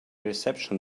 reception